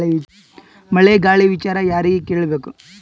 ಮಳೆ ಗಾಳಿ ವಿಚಾರ ಯಾರಿಗೆ ಕೇಳ್ ಬೇಕು?